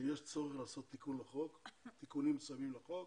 שיש צורך לעשות תיקונים מסוימים לחוק